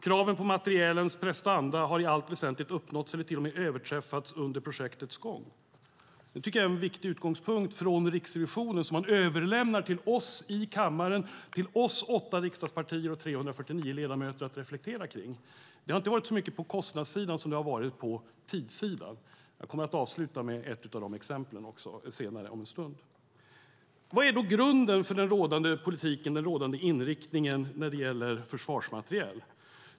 Kraven på materielens prestanda har i allt väsentligt uppnåtts eller till och med överträffats under projektens gång." Detta är en viktig slutsats från Riksrevisionen som man överlämnar till oss åtta riksdagspartier och 349 ledamöter att reflektera över. Det har inte varit så mycket på kostnadssidan som det har varit på tidssidan. Jag återkommer till ett sådant exempel längre fram. Vad är grunden för den rådande politiken och inriktningen när det gäller försvarsmateriel?